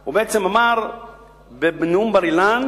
הוא בעצם אמר בנאום בר-אילן,